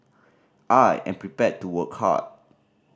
I am prepared to work hard